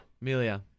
Melia